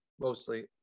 mostly